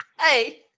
Hey